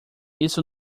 isso